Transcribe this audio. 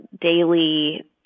daily